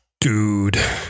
dude